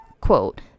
quote